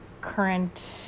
current